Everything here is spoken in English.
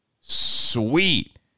sweet